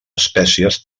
espècies